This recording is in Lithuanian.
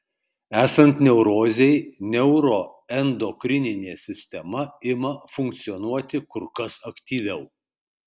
esant neurozei neuroendokrininė sistema ima funkcionuoti kur kas aktyviau